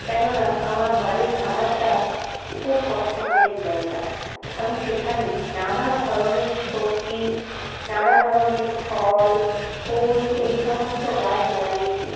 কেননা আমার বাড়ির খামারটা খুব পছন্দের জায়গা আমি সেখানে নানা ধরনের সবজি নানা ধরনের ফল ফুল এই সমস্ত গাছ লাগিয়েছি